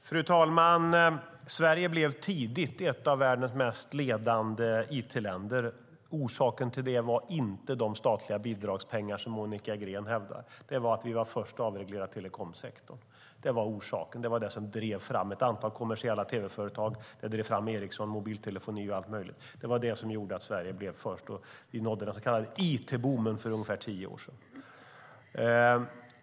Fru talman! Sverige blev tidigt ett av världens ledande it-länder. Orsaken till det var inte de statliga bidragspengarna, som Monica Green hävdar. Orsaken var att vi var först med att avreglera telekomsektorn. Det var det som drev fram ett antal kommersiella tv-företag, Ericsson, mobiltelefoni och allt möjligt. Detta gjorde att Sverige blev först, och vi nådde den så kallade it-boomen för ungefär 10 år sedan.